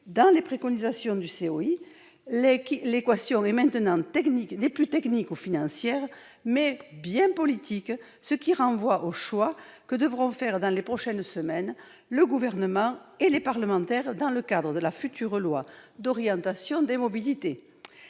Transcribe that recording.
dans les préconisations du COI. L'équation est maintenant non plus technique ou financière, mais bien politique, ce qui renvoie aux choix que devront faire dans les prochaines semaines le Gouvernement et les parlementaires dans le cadre du futur projet de loi d'orientation sur les mobilités.